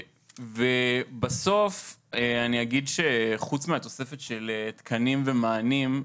בסוף אני אגיד שחוץ מהתוספת של תקנים ומענים,